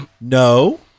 No